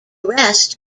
rest